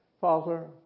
Father